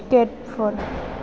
टिकेटफोर